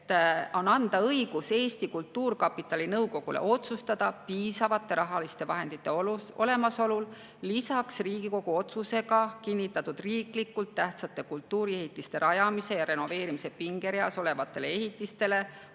ettepanekul ja kultuurikomisjoni heakskiidul piisavate rahaliste vahendite olemasolul lisaks Riigikogu otsusega kinnitatud riiklikult tähtsate kultuuriehitiste rajamise ja renoveerimise pingereas olevatele ehitistele